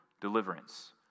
deliverance